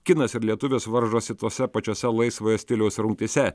kinas ir lietuvis varžosi tose pačiose laisvojo stiliaus rungtyse